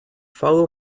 follow